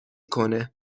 کنه